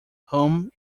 whom